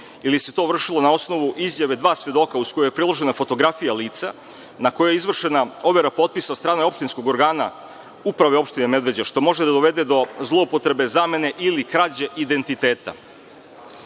ili se to vršilo na osnovu izjave dva svedoka, uz koju je priložena fotografija lica, na koju je izvršena overa potpisa od strane opštinskog organa, uprave opštine Medveđa, što može da dovede do zloupotrebe, zamene, ili krađe identiteta? Takođe